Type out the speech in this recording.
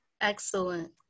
Excellent